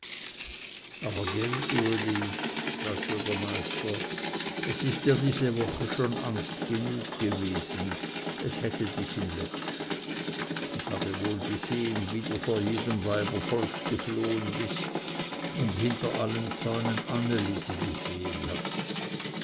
aber gell uli sagte der meister es ist dir diese woche schon angst genug gewesen es hätte dich im lätsch ich habe wohl gesehen wie du vor jedem weibervolk geflohen bist und hinter allen zäunen anne lisi gesehen hast